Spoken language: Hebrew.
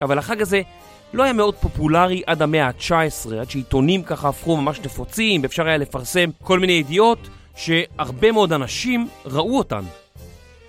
אבל החג הזה לא היה מאוד פופולרי עד המאה ה-19, עד שעיתונים ככה הפכו ממש נפוצים, ואפשר היה לפרסם כל מיני ידיעות שהרבה מאוד אנשים ראו אותן.